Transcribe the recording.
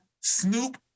Snoop